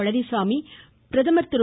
பழனிச்சாமி பிரதமர் திரு